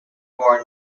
born